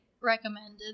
recommended